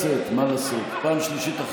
אני קורא אותך לסדר פעם שלישית.